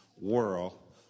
world